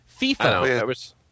FIFA